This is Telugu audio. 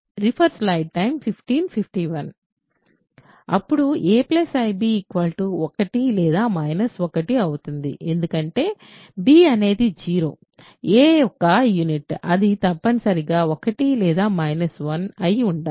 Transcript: అప్పుడు a ib 1 లేదా మైనస్ 1 అవుతుంది ఎందుకంటే b అనేది 0 a ఒక యూనిట్ అది తప్పనిసరిగా 1 లేదా మైనస్ 1 అయి ఉండాలి